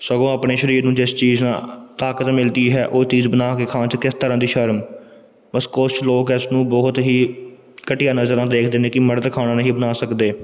ਸਗੋਂ ਆਪਣੇ ਸਰੀਰ ਨੂੰ ਜਿਸ ਚੀਜ਼ ਨਾਲ ਤਾਕਤ ਮਿਲਦੀ ਹੈ ਉਹ ਚੀਜ਼ ਬਣਾ ਕੇ ਖਾਣ 'ਚ ਕਿਸ ਤਰ੍ਹਾਂ ਦੀ ਸ਼ਰਮ ਬਸ ਕੁਛ ਲੋਕ ਇਸ ਨੂੰ ਬਹੁਤ ਹੀ ਘਟੀਆ ਨਜ਼ਰ ਨਾਲ ਦੇਖਦੇ ਨੇ ਕਿ ਮਰਦ ਖਾਣਾ ਨਹੀਂ ਬਣਾ ਸਕਦੇ